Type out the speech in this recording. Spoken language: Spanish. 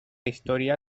historia